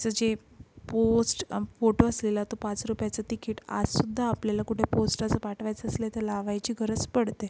चं जे post photo असलेला तो पाच रुपयाचा तिकीट आजसुद्धा आपल्याला कुठे पोस्टाचं पाठवायचं असलं तर लावायची गरज पडते